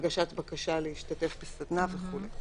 הגשת הבקשה להשתתף בסדנה וכו'.